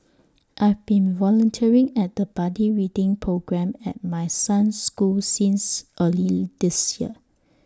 I've been volunteering at the buddy reading programme at my son's school since early this year